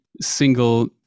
single